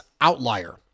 outlier